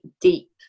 deep